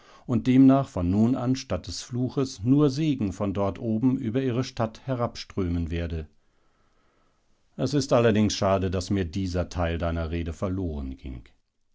und demnach von nun an statt des fluches nur segen von dort oben über ihre stadt herabströmen werde es ist allerdings schade daß mir dieser teil deiner rede verloren ging